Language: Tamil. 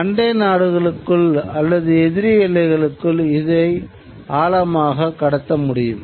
அண்டை நாடுகளுக்குள் அல்லது எதிரி எல்லைக்குள் இதை ஆழமாக கடத்த முடியும்